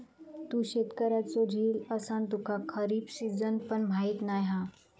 तू शेतकऱ्याचो झील असान तुका खरीप सिजन पण माहीत नाय हा